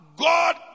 God